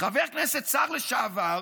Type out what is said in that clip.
חבר כנסת, שר לשעבר,